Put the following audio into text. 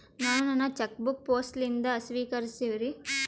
ನಾನು ನನ್ನ cheque book post ಲಿಂದ ಸ್ವೀಕರಿಸಿವ್ರಿ